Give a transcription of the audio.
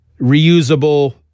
reusable